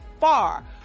far